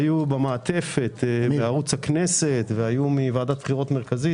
היו במעטפת בערוץ הכנסת ומוועדת בחירות מרכזית,